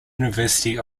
university